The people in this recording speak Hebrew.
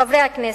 חברי הכנסת,